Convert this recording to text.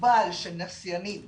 של נסיינים